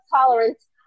tolerance